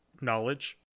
knowledge